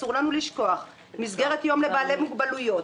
מסגרת יום לבעלי מוגבלויות,